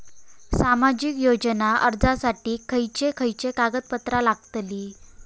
सामाजिक योजना अर्जासाठी खयचे खयचे कागदपत्रा लागतली?